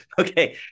okay